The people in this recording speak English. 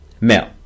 male